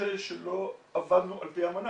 שלא עבדנו על פי האמנה